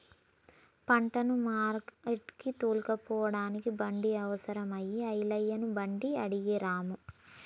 పంటను మార్కెట్టుకు తోలుకుపోడానికి బండి అవసరం అయి ఐలయ్య బండి అడిగే రాము